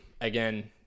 again